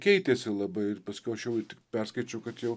keitėsi labai ir paskiau aš jau tik perskaičiau kad jau